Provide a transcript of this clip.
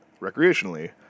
recreationally